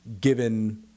Given